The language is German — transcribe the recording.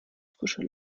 frische